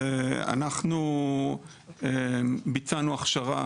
אנחנו ביצענו הכשרה